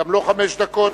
גם לו חמש דקות,